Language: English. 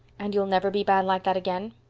and you'll never be bad like that again.